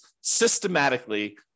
systematically